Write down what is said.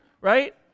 right